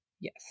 Yes